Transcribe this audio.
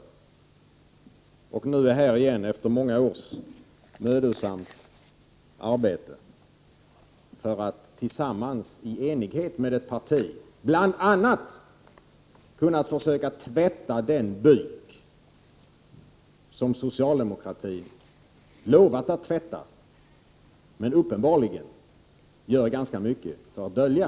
Nu är jag tillbaka i riksdagen igen efter många års mödosamt arbete för att tillsammans i enighet med ett parti bl.a. försöka tvätta den byk som socialdemokratin lovat att tvätta men uppenbarligen gör ganska mycket för att dölja.